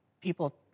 people